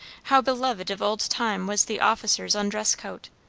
how beloved of old time was the officer's undress coat,